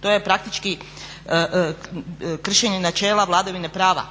To je praktički kršenje načela vladavine prava.